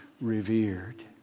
revered